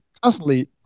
constantly